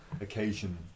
occasion